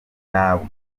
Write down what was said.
ntabwo